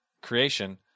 creation